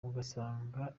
ugasanga